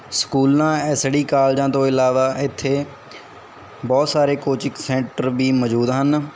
ਸਕੂਲਾਂ S D ਕਾਲਜਾਂ ਤੋਂ ਇਲਾਵਾ ਇੱਥੇ ਬਹੁਤ ਸਾਰੇ ਕੋਚਿਕ ਸੈਂਟਰ ਵੀ ਮੌਜੂਦ ਹਨ